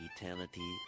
eternity